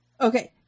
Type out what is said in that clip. Okay